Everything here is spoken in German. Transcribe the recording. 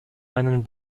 einen